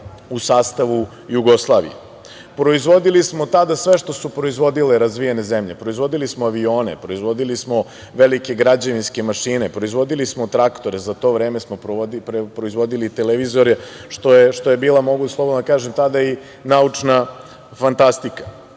u sastavu Jugoslavije. Proizvodili smo tada sve što su proizvodile razvijene zemlje, proizvodili smo avione, proizvodili smo velike građevinske mašine, proizvodili smo traktore, za to vreme smo proizvodili i televizore što je bila, mogu slobodno da kažem, tada i naučna fantastika.